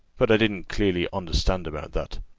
but i didn't clearly understand about that.